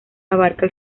abarca